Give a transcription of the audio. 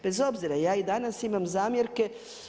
Bez obzira, ja i danas imam zamjerke.